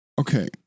Okay